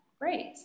great